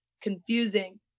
confusing